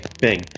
bing